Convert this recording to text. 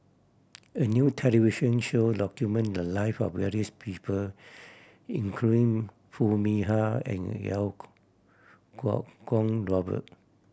a new television show document the live of various people include Foo Mee Har and Iau Kuo Kuo Kwong Robert